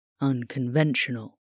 unconventional